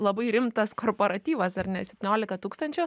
na labai rimtas korparatyvas ar ne septyniolika tūkstančių